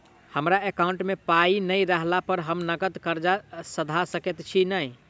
हमरा एकाउंट मे पाई नै रहला पर हम नगद कर्जा सधा सकैत छी नै?